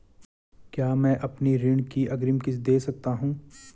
क्या मैं अपनी ऋण की अग्रिम किश्त दें सकता हूँ?